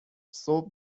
صبح